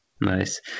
nice